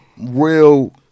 real